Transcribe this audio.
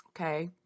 Okay